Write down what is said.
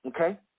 Okay